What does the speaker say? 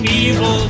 evil